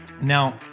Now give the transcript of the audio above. Now